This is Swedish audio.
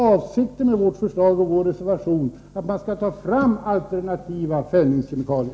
Avsikten med vårt förslag och min reservation är nämligen att man skall ta fram alternativa fällningskemikalier.